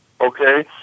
okay